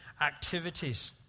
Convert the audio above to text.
activities